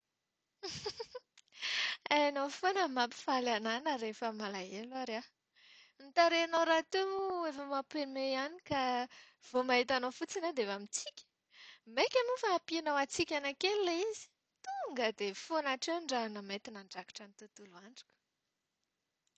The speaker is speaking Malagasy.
Hainao foana ny mampifaly anahy na rehefa malahelo aza aho. Ny tarehinao rahateo koa moa efa mampihomehy ka vao mahita anao fotsiny aho dia efa mitsiky! Maika moa fa ampianao hatsikana kely ilay izy! Tonga dia foana hatreo ny rahona mainty nandrakotra ny tontolo androko.